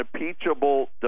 impeachable